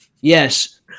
yes